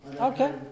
Okay